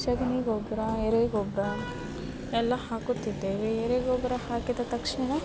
ಸೆಗಣಿ ಗೊಬ್ಬರ ಎರೆ ಗೊಬ್ಬರ ಎಲ್ಲ ಹಾಕುತ್ತಿದ್ದೇವೆ ಎರೆ ಗೊಬ್ಬರ ಹಾಕಿದ ತಕ್ಷಣ